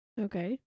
Okay